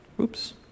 Oops